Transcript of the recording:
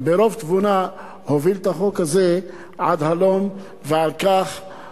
שבאמת בהכוונה ובעצה הוביל אותנו לפצל את החוק הזה ולגמור אותו ולהתחיל